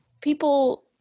people